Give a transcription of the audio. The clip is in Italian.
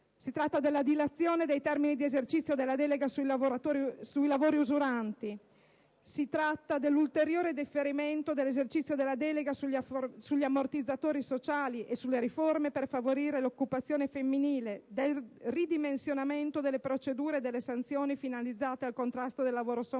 Si tratta dell'ulteriore dilazione dei termini di esercizio della delega sui lavori usuranti; dell'ulteriore differimento dell'esercizio della delega sulla riforma degli ammortizzatori sociali e sulle riforme per favorire l'occupazione femminile; del ridimensionamento delle procedure e delle sanzioni finalizzate al contrasto del lavoro sommerso;